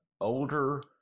older